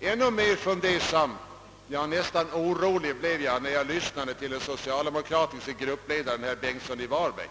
Ännu mer fundersam, ja, nästan orolig blev jag, när jag lyssnade till den socialdemokratiska gruppledaren herr Bengtsson i Varberg.